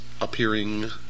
appearing